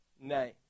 name